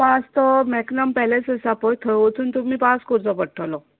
pass तो मॅकनम पॅलस आसा पळय थंय वचून तुमी पास करचो पडटलो